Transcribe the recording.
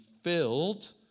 filled